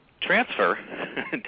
transfer